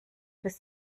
bis